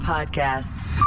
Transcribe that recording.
Podcasts